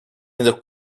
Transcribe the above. ainda